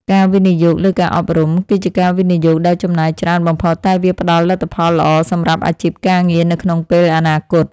ការវិនិយោគលើការអប់រំ គឺជាការវិនិយោគដែលចំណាយច្រើនបំផុតតែវាផ្តល់លទ្ធផលល្អសម្រាប់អាជីពការងារនៅក្នុងពេលអនាគត។